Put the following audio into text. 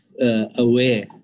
aware